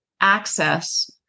access